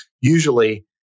Usually